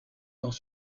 dans